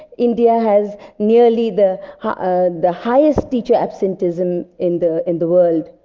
india has nearly the ah the highest teacher absenteeism in the in the world,